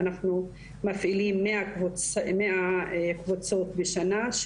אנחנו מפעילים מאה קבוצות בשנה,